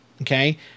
okay